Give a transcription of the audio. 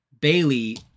Bailey